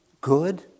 good